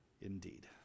indeed